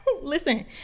Listen